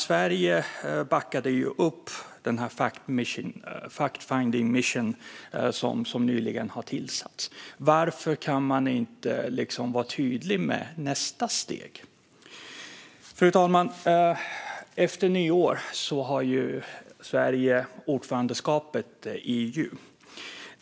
Sverige backade ju upp den fact-finding mission som nyligen har tillsatts. Varför kan man då inte vara tydlig med nästa steg? Fru talman! Efter nyår har Sverige ordförandeskapet i EU.